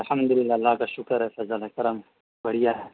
الحمد ل اللہ کا شکر ہے سز ال کررم بڑھیا ہے